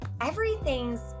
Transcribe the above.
everything's